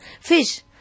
fish